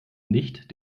nicht